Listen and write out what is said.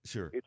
Sure